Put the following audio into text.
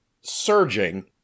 surging